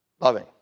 loving